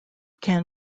can